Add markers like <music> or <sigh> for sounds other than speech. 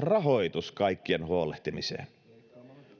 <unintelligible> rahoitus kaikkien huolehtimiseen